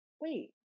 wait